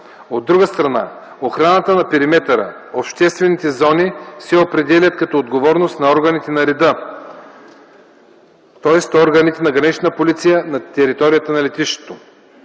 От друга страна охраната на периметъра, обществените зони се определят като отговорност на органите на реда, тоест органите на Гранична полиция на територията на летището.